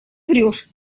врешь